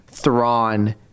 Thrawn